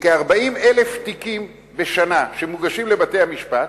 מכ-40,000 תיקים בשנה שמוגשים לבתי-המשפט,